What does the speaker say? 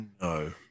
No